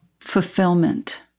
fulfillment